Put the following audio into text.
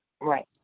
Right